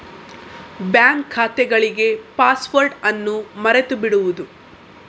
bank ಖಾತೆಗಳಿಗೆ password ಅನ್ನು ಮರೆತು ಬಿಡುವುದು